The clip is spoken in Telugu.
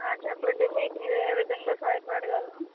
చెప్పండి మీకు నేను ఏ విధంగా సహ యపడగలను